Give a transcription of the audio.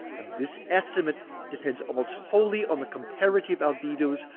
and this estimate depends almost wholly on the comparative albedoes,